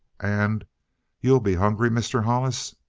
and you'll be hungry, mr hollis?